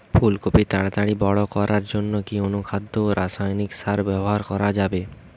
ফুল কপি তাড়াতাড়ি বড় করার জন্য কি অনুখাদ্য ও রাসায়নিক সার ব্যবহার করা যাবে?